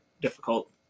difficult